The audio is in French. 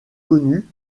connu